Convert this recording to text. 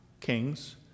kings